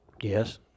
yes